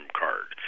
card